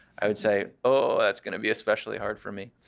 i would say, oh, that's going to be especially hard for me.